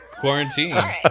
Quarantine